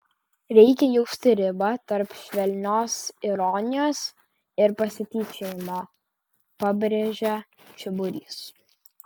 reikia jausti ribą tarp švelnios ironijos ir pasityčiojimo pabrėžia čiburys